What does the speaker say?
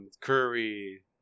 Curry